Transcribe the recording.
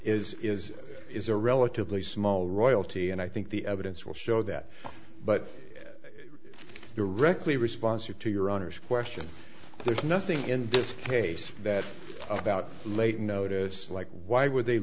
is is is a relatively small royalty and i think the evidence will show that but the rectory responsive to your honor's question there's nothing in this case that about late notice like why would they